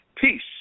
Peace